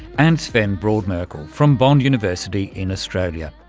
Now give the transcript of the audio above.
and sven brodmerkel from bond university in australia.